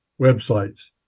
websites